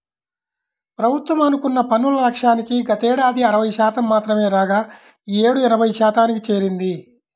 ప్రభుత్వం అనుకున్న పన్నుల లక్ష్యానికి గతేడాది అరవై శాతం మాత్రమే రాగా ఈ యేడు ఎనభై శాతానికి చేరింది